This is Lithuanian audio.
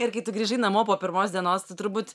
ir kai tu grįžai namo po pirmos dienos tu turbūt